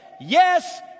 yes